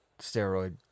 steroid